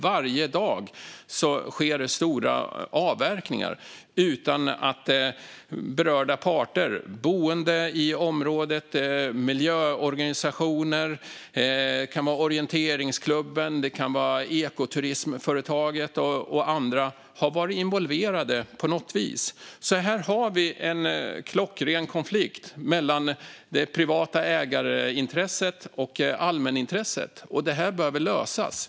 Varje dag sker stora avverkningar utan att berörda parter - boende i området, miljöorganisationer, orienteringsklubbar, ekoturismföretag och andra - har varit involverade på något vis. Här har vi en klockren konflikt mellan det privata ägarintresset och allmänintresset, och det behöver lösas.